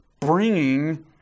bringing